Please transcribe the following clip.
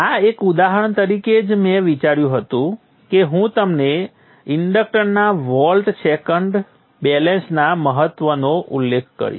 આ એક ઉદાહરણ તરીકે જ મેં વિચાર્યું હતું કે હું તમને ઇન્ડક્ટરના વોલ્ટ સેકન્ડ બેલેન્સના મહત્વનો ઉલ્લેખ કરીશ